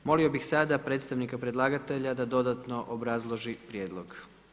Molio bih sada predstavnika predlagatelja da dodatno obrazloži prijedlog.